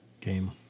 game